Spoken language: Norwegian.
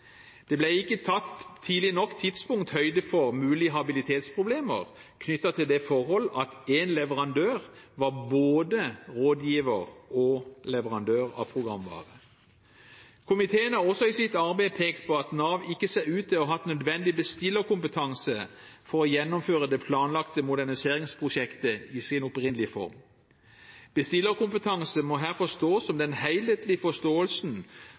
Det ble ikke på et tidlig nok tidspunkt tatt høyde for mulige habilitetsproblemer knyttet til det forhold at én leverandør var både rådgiver og leverandør av programvare. Komiteen har også i sitt arbeid pekt på at Nav ikke ser ut til å ha hatt nødvendig bestillerkompetanse for å gjennomføre det planlagte moderniseringsprosjektet i sin opprinnelige form. Bestillerkompetanse må her forstås som den helhetlige forståelsen